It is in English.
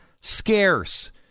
scarce